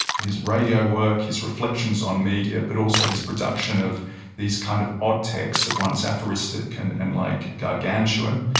his radio work, his reflections on media, but also his production of these kind of odd texts, at once aphoristic and and like gargantuan,